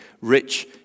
rich